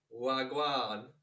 Wagwan